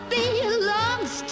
belongs